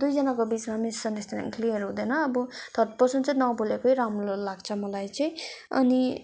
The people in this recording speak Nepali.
दुईजनाको बिचमा मिसअन्डर्सट्यान्डिङ क्लियर हुँदैन अब थर्ड पर्सन चाहिँ नबोलेकै राम्रो लाग्छ मलाई चाहिँ अनि